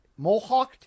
Mohawked